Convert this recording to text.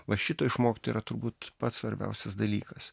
va šito išmokti yra turbūt pats svarbiausias dalykas